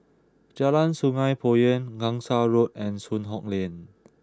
Jalan Sungei Poyan Gangsa Road and Soon Hock Lane